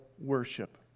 worship